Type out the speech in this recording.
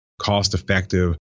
cost-effective